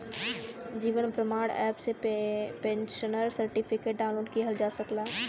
जीवन Pramaan app से pensioner certificate download किहल जा सकला